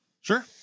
Sure